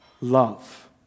love